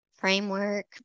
framework